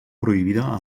prohibida